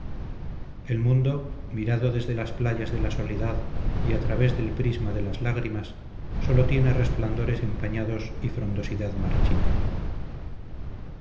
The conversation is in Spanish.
el mundo mirado desde las playas de la soledad y a través del prisma de las lágrimas sólo tiene resplandores empañados y frondosidad marchita